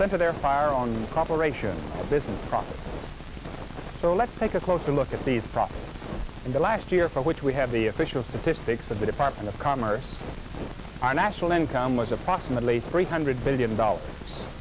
center their fire on the cooperation of business profit so let's take a closer look at these problems in the last year for which we have the official statistics of the department of commerce our national income was approximately three hundred billion dollars